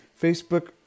Facebook